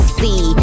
see